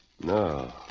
No